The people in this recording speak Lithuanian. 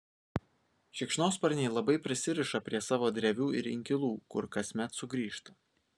šikšnosparniai labai prisiriša prie savo drevių ir inkilų kur kasmet sugrįžta